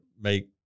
make